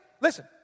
listen